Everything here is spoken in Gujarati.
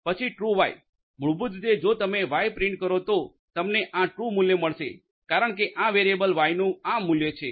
પછી ટ્રુ વાય મૂળભૂત રીતે જો તમે વાય પ્રિન્ટ કરો તો તમને આ ટ્રુ મૂલ્ય મળશે કારણ કે આ વેરીએબલ વાયનું આ મૂલ્ય છે